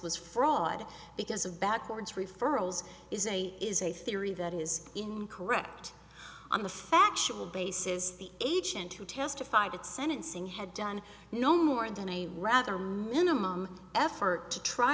was fraud because of backwards referrals is a is a theory that is incorrect on the factual basis the agent who testified at sentencing had done no more than a rather minimal effort to try